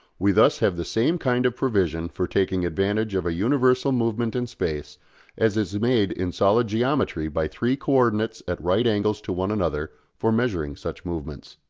we thus have the same kind of provision for taking advantage of a universal movement in space as is made in solid geometry by three co-ordinates at right angles to one another for measuring such movements.